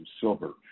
silver